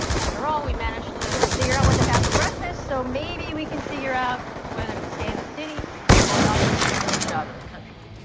after all, we manage to figure out what to have for breakfast, so maybe we can figure out whether to stay in the city or uproot for the new job in the country.